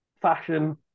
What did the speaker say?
fashion